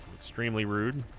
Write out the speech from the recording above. extremely rude